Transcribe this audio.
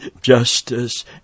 Justice